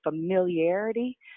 familiarity